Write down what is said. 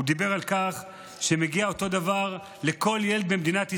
הוא דיבר על כך שמגיע אותו הדבר לכל ילד במדינת ישראל,